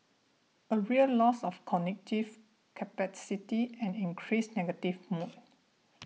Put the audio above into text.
a real loss of cognitive capacity and increased negative mood